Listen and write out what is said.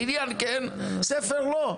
בניין כן, ספר לא.